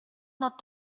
not